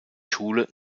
schule